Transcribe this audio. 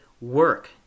work